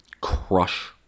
crush